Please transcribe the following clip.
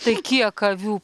tai kiek avių